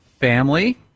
Family